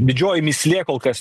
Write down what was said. didžioji mįslė kol kas